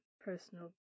personal